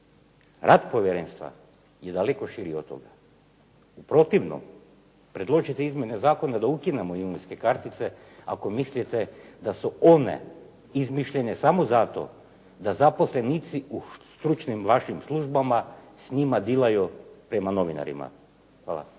Rad povjerenstva je daleko širi od toga. U protivnom predložit ćete izmjene zakona da ukinemo imovinske kartice ako mislite da su one izmišljene samo zato da zaposlenici u stručnim vašim službama s njima dilaju prema novinarima. Hvala.